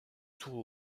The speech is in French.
tours